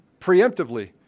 preemptively